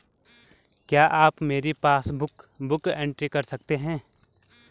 क्या आप मेरी पासबुक बुक एंट्री कर सकते हैं?